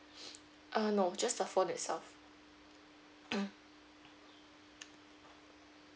uh no just the phone itself mm